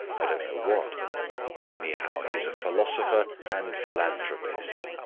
i don't know what anyhow, he's a philosopher and philanthropist.